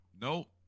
nope